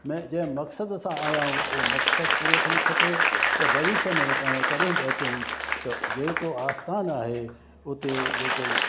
ऐं जें मक़्सद सां आहिया आयूं उहो मक़्सद पूरो थियणु खपे भविष्य में पाण कॾहिं बि अचूं त जेको स्थानु आहे उते जेके